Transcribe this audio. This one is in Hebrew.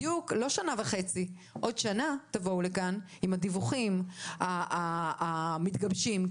עם דיווחים מתגבשים.